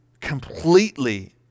completely